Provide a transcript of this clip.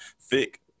thick